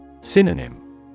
Synonym